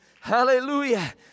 Hallelujah